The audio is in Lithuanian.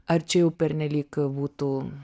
ar čia jau pernelyg būtų